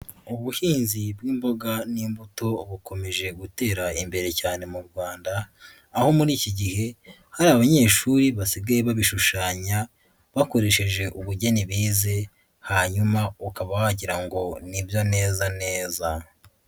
Ubuhinzi bw'imboga n'imbuto bukomeje gutera imbere cyane mu Rwanda, aho muri iki gihe hari abanyeshuri basigaye babishushanya, bakoresheje ubugeni bize, hanyuma ukaba wagira ngo ni nibyo neza neza.